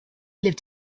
lived